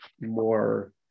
more